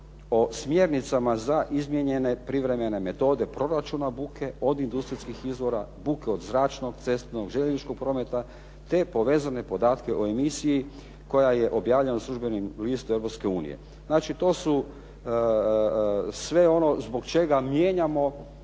o smjernicama za izmijenjene privremene metode proračuna buke od industrijskih izvora, buke od zračnog, cestovnog, željezničkog prometa, te povezane podatke o emisiji koja je objavljena u službenom listu Europske unije. Znači to su sve ono zbog mijenjamo